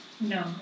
No